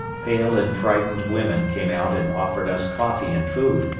pale and frightened women came out and offered us coffee and food,